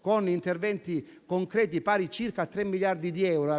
con interventi concreti pari circa 3 miliardi di euro,